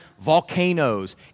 volcanoes